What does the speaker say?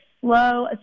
slow